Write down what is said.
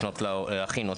להכין אותם,